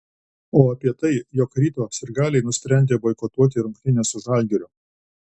o apie tai jog ryto sirgaliai nusprendė boikotuoti rungtynes su žalgiriu